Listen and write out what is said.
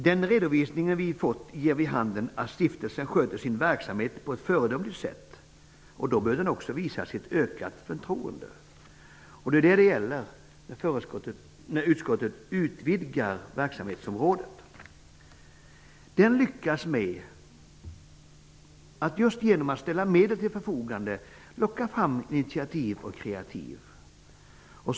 Den redovisning som vi har fått ger vid handen att stiftelsen sköter sin verksamhet på ett föredömligt sätt. Då bör den också visas ett ökat förtroende. Det är också vad det handlar om när nu utskottet utvidgar verksamhetsområdet. Just genom att ställa medel till förfogande lyckas man med att locka fram initiativ och kreativitet.